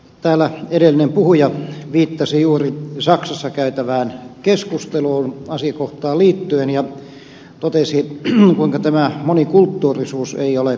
täällä edellinen puhuja viittasi juuri saksassa käytävään keskusteluun asiakohtaan liittyen ja totesi kuinka tämä monikulttuurisuus ei ole onnistunut